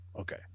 Okay